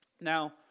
Now